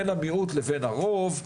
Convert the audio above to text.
בין המיעוט לבין הרוב.